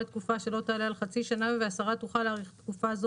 לתקופה שלא תעלה על חצי שנה והשרה תוכל להאריך תקופה זו